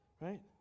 right